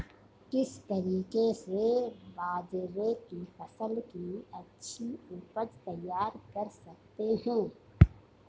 किस तरीके से बाजरे की फसल की अच्छी उपज तैयार कर सकते हैं?